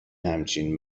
همچین